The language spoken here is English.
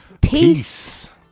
Peace